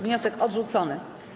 Wniosek odrzucony.